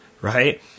Right